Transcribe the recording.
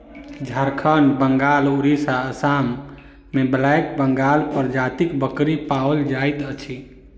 झारखंड, बंगाल, उड़िसा, आसाम मे ब्लैक बंगाल प्रजातिक बकरी पाओल जाइत अछि